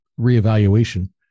reevaluation